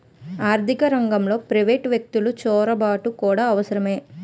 ఆర్థిక రంగంలో ప్రైవేటు వ్యక్తులు చొరబాటు కూడా అవసరమే